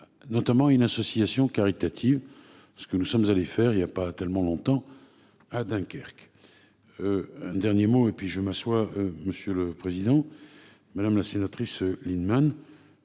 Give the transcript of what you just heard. Notamment à une association caritative. Ce que nous sommes allés faire il y a pas tellement longtemps à Dunkerque. Un dernier mot, et puis je m'assois, monsieur le président, madame la sénatrice Lienemann.